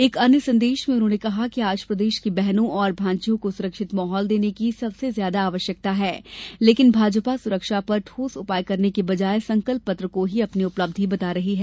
एक अन्य संदेश में उन्होंने कहा कि आज प्रदेश की बहनो और भानजियों को सुरक्षित माहौल देने की सबसे ज्यादा आवश्यकता है लेकिन भाजपा सुरक्षा पर ठोस उपाय करने की बजाय संकल्पपत्र को ही अपनी उपलब्धि बता रही है